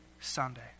Sunday